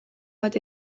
bat